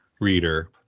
reader